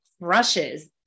brushes